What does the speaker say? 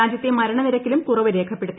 രാജ്യത്തെ മരണനിരക്കിലും കുറവ് രേഖപ്പെടുത്തി